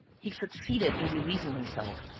he succeeded in releasing himself.